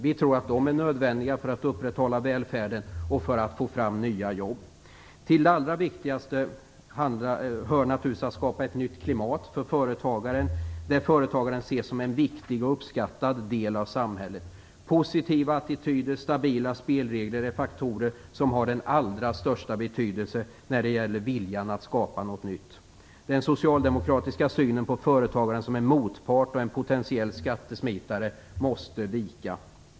Vi tror att de är nödvändiga för att upprätthålla välfärden och för att få fram nya jobb. Till det allra viktigaste hör naturligtvis att skapa ett nytt klimat, där företagaren ses som en viktig och uppskattad del av samhället. Positiva attityder och stabila spelregler är faktorer som har den allra största betydelse när det gäller viljan att skapa något nytt. Den socialdemokratiska synen på företagaren som en motpart och en potentiell skattesmitare måste vika.